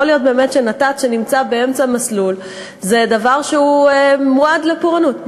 יכול להיות באמת שנת"צ שנמצא באמצע המסלול מועד לפורענות.